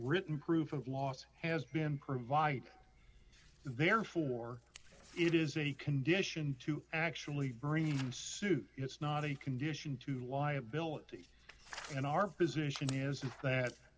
written proof of loss has been provided therefore it is a condition to actually bring a suit it's not a condition to liability in our position is